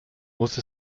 muss